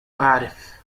أعرف